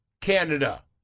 Canada